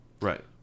Right